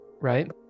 right